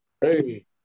Hey